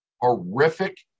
Horrific